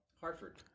Hartford